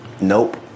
nope